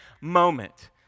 moment